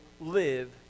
live